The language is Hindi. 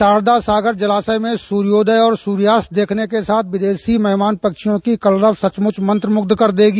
शारदा सागर जलाशय में सूर्योदय और सूर्यास्त देखने के साथ विदेशी मेहमान पक्षियों की कलरव सचमुच मंत्रमुग्ध कर देगी